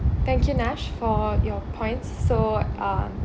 thank you nash for your points so um